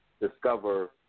discover